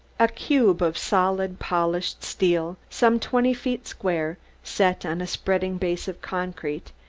a cube of solid, polished steel, some twenty feet square, set on a spreading base of concrete,